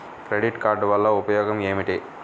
Credit card వల్ల ఉపయోగం ఏమిటీ?